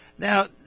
Now